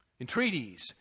Entreaties